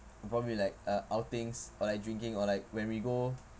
probably like uh outings or like drinking or like when we go